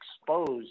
exposed